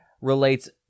relates